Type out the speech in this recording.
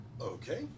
Okay